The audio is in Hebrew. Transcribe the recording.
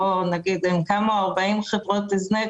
40 חברות הזנק,